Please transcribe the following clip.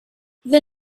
the